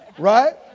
Right